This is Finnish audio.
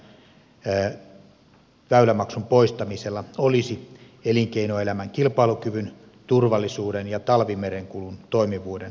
vaikutuksia väylämaksun poistamisella olisi elinkeinoelämän kilpailukyvyn turvallisuuden ja talvimerenkulun toimivuuden kannalta